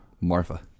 Marfa